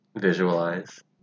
visualize